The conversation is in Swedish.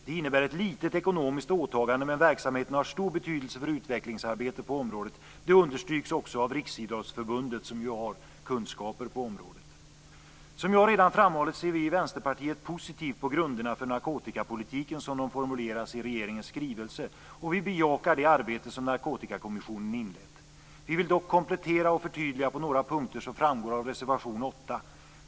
Det innebär ett litet ekonomiskt åtagande men verksamheten har stor betydelse för utvecklingsarbetet på området. Det understryks också av Riksidrottsförbundet, som ju har kunskaper på området. Som jag redan framhållit ser vi i Vänsterpartiet positivt på grunderna för narkotikapolitiken som de formuleras i regeringens skrivelse, och vi bejakar det arbete som Narkotikakommissionen inlett. Vi vill dock komplettera och förtydliga på några punkter, som framgår av reservation 8.